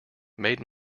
made